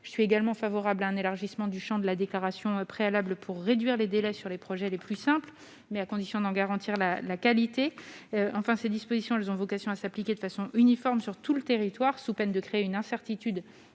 Je suis favorable à un élargissement du champ de la déclaration préalable pour réduire les délais sur les projets les plus simples, mais à condition d'en garantir la qualité. Enfin, ces dispositions ont vocation à s'appliquer de façon uniforme sur tout le territoire, sous peine de créer une incertitude